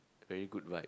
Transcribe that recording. very good vibe